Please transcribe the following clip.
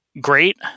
great